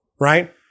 right